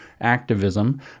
activism